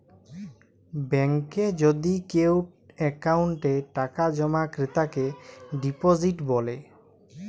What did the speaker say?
ব্যাংকে যদি কেও অক্কোউন্টে টাকা জমা ক্রেতাকে ডিপজিট ব্যলে